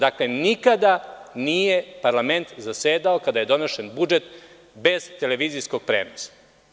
Dakle, nikada nije parlament zasedao kada je donošen budžet bez televizijskog prenosa.